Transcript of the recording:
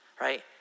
right